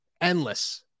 Endless